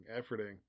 efforting